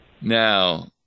Now